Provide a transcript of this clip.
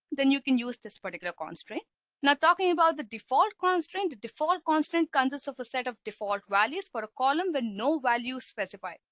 then you can use this particular constraint now talking about the default constraint default constant consists of a set of default values for a column with but no value specified.